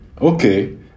okay